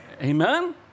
amen